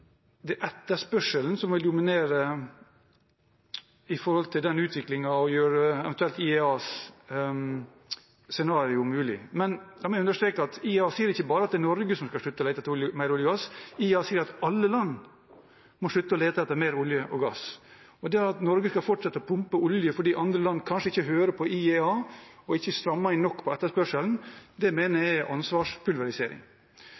det er etterspørselen som vil dominere i den utviklingen og eventuelt gjøre IEAs scenario mulig. Men la meg understreke at IEA sier ikke at det bare er Norge som skal slutte å lete etter mer olje og gass. IEA sier at alle land må slutte å lete etter mer olje og gass. At Norge da skal fortsette å pumpe olje fordi andre land kanskje ikke hører på IEA og ikke strammer inn nok på etterspørselen, mener